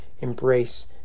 Embrace